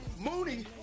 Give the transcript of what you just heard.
Mooney